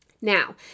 Now